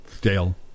Dale